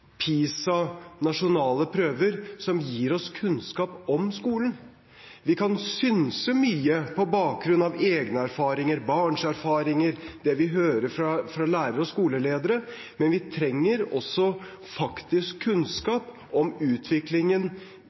PISA og nasjonale prøver som gir oss kunnskap om skolen. Vi kan synse mye på bakgrunn av egne erfaringer, barns erfaringer, det vi hører fra lærere og skoleledere, men vi trenger også faktisk kunnskap om utviklingen